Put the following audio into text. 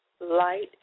light